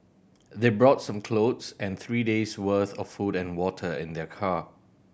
they brought some clothes and three days' worth of food and water in their car